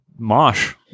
mosh